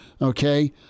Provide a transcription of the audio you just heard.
Okay